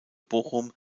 bochum